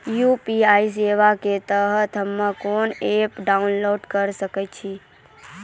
UPI सेवा के तहत हम्मे केना एप्प डाउनलोड करे सकय छियै?